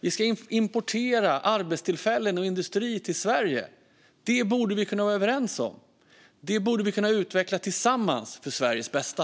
Vi ska importera arbetstillfällen och industri till Sverige. Det borde vi kunna vara överens om. Det borde vi kunna utveckla tillsammans för Sveriges bästa.